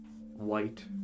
white